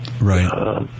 right